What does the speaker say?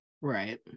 Right